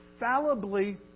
fallibly